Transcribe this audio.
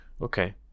Okay